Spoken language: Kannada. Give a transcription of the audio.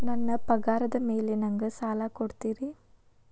ನನ್ನ ಪಗಾರದ್ ಮೇಲೆ ನಂಗ ಸಾಲ ಕೊಡ್ತೇರಿ?